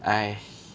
!hais!